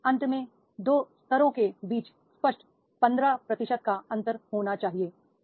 और अंत में 2 स्तरों के बीच स्पष्ट 15 प्रतिशत का अंतर होना चाहिए